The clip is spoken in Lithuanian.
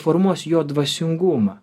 formuos jo dvasingumą